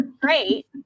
Great